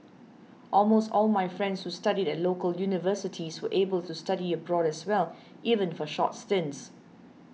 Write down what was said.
almost all my friends who studied at local universities were able to study abroad as well even for short stints